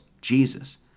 Jesus